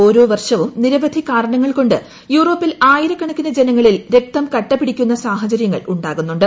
ഓരോവർഷവും നിരവധി ക്ടാരണങ്ങൾകൊണ്ട് യൂറോപ്പിൽ ആയിരകണക്കിന് ജനങ്ങളിൽ ർക്തം കട്ടപിടിക്കുന്ന സാഹചരൃങ്ങൾ ഉണ്ടാകുന്നുണ്ട്